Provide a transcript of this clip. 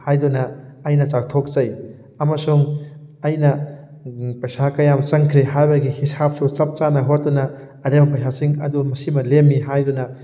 ꯍꯥꯏꯗꯨꯅ ꯑꯩꯅ ꯆꯥꯎꯊꯣꯛꯆꯩ ꯑꯃꯁꯨꯡ ꯑꯩꯅ ꯄꯩꯁꯥ ꯀꯌꯥꯝ ꯆꯪꯈ꯭ꯔꯦ ꯍꯥꯏꯕꯒꯤ ꯍꯤꯁꯥꯞꯁꯨ ꯆꯞ ꯆꯥꯅ ꯍꯣꯠꯇꯨꯅ ꯑꯔꯦꯝꯕ ꯄꯩꯁꯥꯁꯤꯡ ꯑꯗꯨ ꯃꯁꯤꯃ ꯂꯦꯝꯃꯤ ꯍꯥꯏꯗꯨꯅ